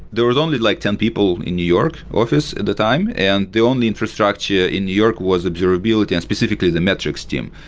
there was only like ten people in new york office at the time and the only infrastructure in new york was observability, and specifically the metrics team.